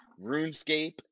RuneScape